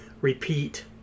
repeat